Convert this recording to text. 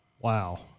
Wow